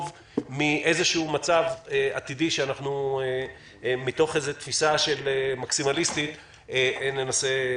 מאיזשהו מצב עתידי שמתוך איזושהי תפיסה מקסימליסטית ננסה ליצור.